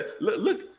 look